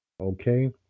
Okay